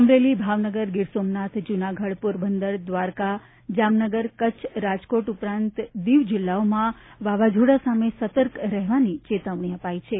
અમરેલી ભાવનગર ગીરસોમનાથ જૂનાગઢ પોરબંદર દ્વારકા જામનગર કચ્છ રાજકોટ ઉપરાંત દિવ જિલ્લાઓમાં વાવાઝોડા સામે સતર્ક રહેવા ચેતવણી અપાઇ છે